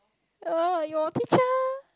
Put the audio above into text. uh your teacher